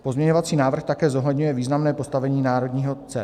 Pozměňovací návrh také zohledňuje významné postavení národního CERT.